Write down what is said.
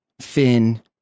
Finn